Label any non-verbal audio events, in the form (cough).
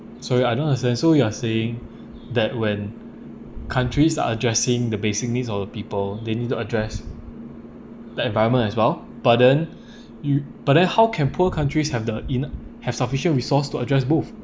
sorry I don't understand so you are saying that when countries are addressing the basic needs of the people they need to address the environment as well but then (breath) you but then how can poor countries have the inner have sufficient resource to address both